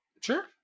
Sure